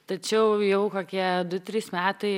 tačiau jau kokie du trys metai